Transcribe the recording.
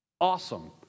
Awesome